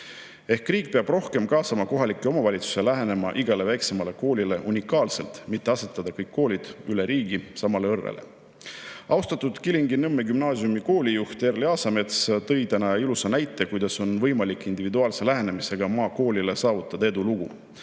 Riik peab rohkem kaasama kohalikke omavalitsusi, lähenema igale väiksemale koolile unikaalselt, mitte asetama kõik koolid üle riigi samale õrrele. Kilingi-Nõmme Gümnaasiumi austatud juht Erli Aasamets tõi täna ilusa näite, kuidas on võimalik individuaalse lähenemisega maakoolis saavutada edulugu.